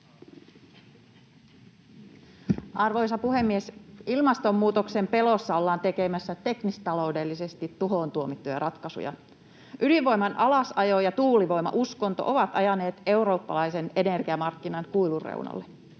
Arvoisa puhemies! Ilmastonmuutoksen pelossa ollaan tekemässä teknistaloudellisesti tuhoon tuomittuja ratkaisuja. Ydinvoiman alasajo ja tuulivoimauskonto ovat ajaneet eurooppalaisen energiamarkkinan kuilun reunalle.